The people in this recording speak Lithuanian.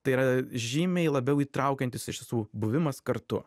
tai yra žymiai labiau įtraukiantis iš tiesų buvimas kartu